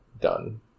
done